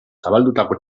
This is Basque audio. zabaldutako